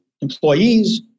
employees